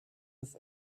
with